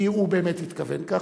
כי הוא באמת התכוון ככה,